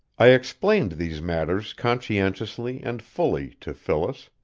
i explained these matters conscientiously and fully to phyllis,